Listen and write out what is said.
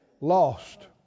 lost